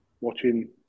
watching